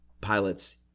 pilots